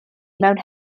mewn